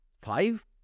five